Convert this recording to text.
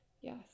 Yes